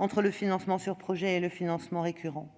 entre le financement sur projet et le financement récurrent.